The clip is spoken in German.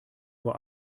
vor